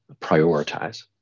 prioritize